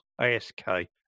A-S-K